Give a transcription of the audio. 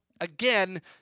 again